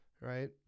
right